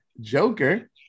Joker